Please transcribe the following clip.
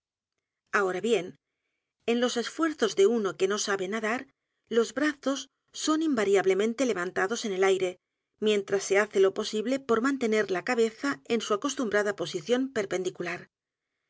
ahora bien en los esfuerzos de uno que no sabe n a d a r los brazos son invariablemente levantados en el aire mientras se hace lo posible por mantener la cabeza en s u acostumbrada posición perpendicular